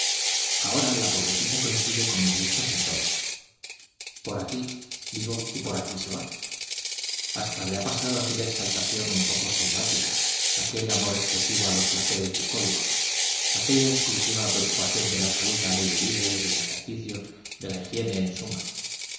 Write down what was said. ahora la pobrecita coincide con mis gustos en todo por aquí digo y por aquí se va hasta le ha pasado aquella exaltación un poco selvática aquel amor excesivo a los placeres bucólicos aquella exclusiva preocupación de la salud al aire libre del ejercicio de la higiene en suma